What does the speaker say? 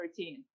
13